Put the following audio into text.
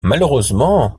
malheureusement